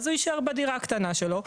אז הוא יישאר בדירה הקטנה שלו,